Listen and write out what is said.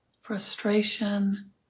frustration